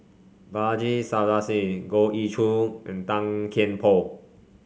Balaji Sadasivan Goh Ee Choo and Tan Kian Por